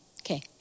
okay